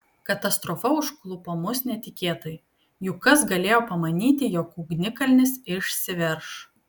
katastrofa užklupo mus netikėtai juk kas galėjo pamanyti jog ugnikalnis išsiverš